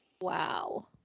Wow